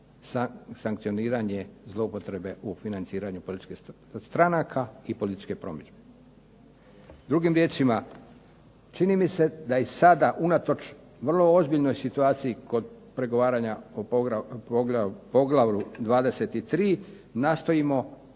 sankcioniranje zloupotrebe u financiranju političkih stranaka i političke promidžbe. Drugim riječima, čini mi se da i sada unatoč vrlo ozbiljnoj situaciji kod pregovaranja o poglavlju 23. nastojimo na